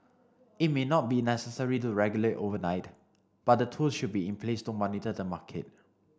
it may not be necessary to regulate overnight but the tools should be in place to monitor the market